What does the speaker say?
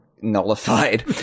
nullified